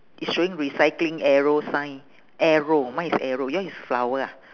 it's showing recycling arrow sign arrow mine is arrow yours is flower ah